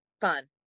fun